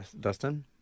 Dustin